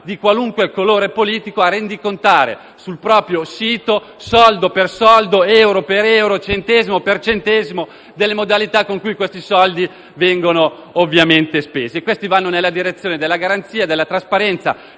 di qualunque colore politico, a rendicontare sul proprio sito, euro per euro, centesimo per centesimo, le modalità con cui questi soldi vengono spesi. Questo va nella direzione della garanzia e della trasparenza: